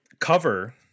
cover